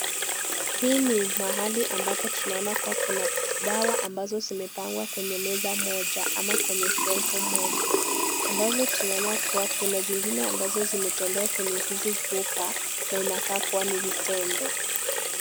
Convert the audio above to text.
Hii ni mahali ambapo tunaona kuwa kuna dawa ambazo zimepangwa kwenye meza moja ama kwenye shelfu moja ambazo tunaona kuwa kuna zingine ambazo zimetolewa kwenye hizi chupa na inakaa kuwa ni vitembe.